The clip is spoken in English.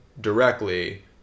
directly